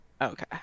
okay